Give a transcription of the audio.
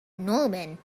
norman